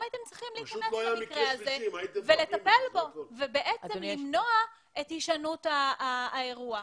הייתם צריכים להיכנס למקרה הזה ולטפל בו ובעצם למנוע את הישנות האירוע.